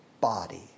body